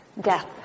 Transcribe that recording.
death